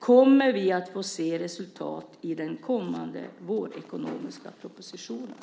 Kommer vi att få se resultat i den kommande ekonomiska vårpropositionen?